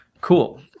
Cool